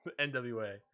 NWA